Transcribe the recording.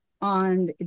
on